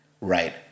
right